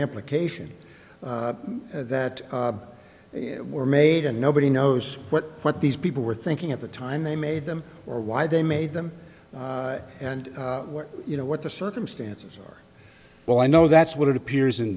implication that they were made and nobody knows what what these people were thinking at the time they made them or why they made them and you know what the circumstances were well i know that's what it appears in